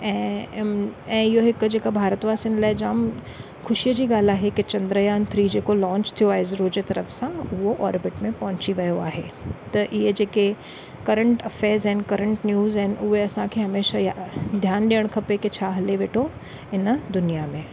ऐं ऐं इहो हिकु जेको भारत वासिनि लाइ जाम ख़ुशीअ जी ॻाल्हि आहे कि चंद्रयान थ्री जेको लॉन्च थियो आहे इसरो जे तरफ़ सां उहो ऑर्बिट में पहुची वियो आहे त इहे जेके करंट अफेयर्स आहिनि करंट न्यूज़ आहिनि उहे असांखे हमेशा यादि धियानु ॾियणु खपे की छा हले वेठो हिन दुनियां में